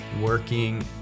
working